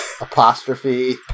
Apostrophe